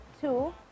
two